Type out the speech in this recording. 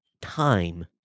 time